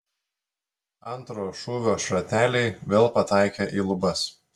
antro šūvio šrateliai vėl pataikė į lubas